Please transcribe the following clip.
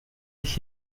ich